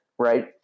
Right